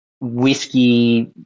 whiskey